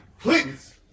Please